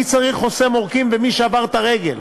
מי צריך חוסם עורקים ומי שבר את הרגל.